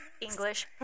English